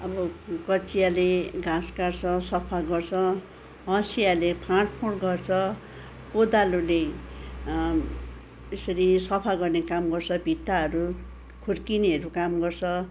अब कँचियाले घाँस काट्छ सफा गर्छ हँसियाृले फाँडफुँड गर्छ कोदालोले यसरी सफा गर्ने काम गर्छ भित्ताहरू खुर्किनेहरू काम गर्छ